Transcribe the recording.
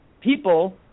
people